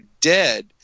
dead